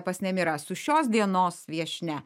pas nemirą su šios dienos viešnia